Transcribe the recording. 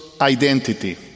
identity